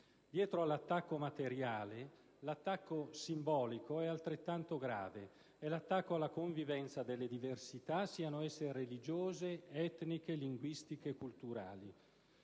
Dietro all'attacco materiale, l'attacco simbolico è altrettanto grave: è l'attacco alla convivenza delle diversità, siano esse religiose, etniche, linguistiche, culturali.